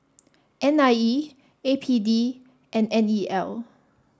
N I E A P D and N E L